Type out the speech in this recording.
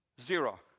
zero